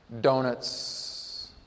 Donuts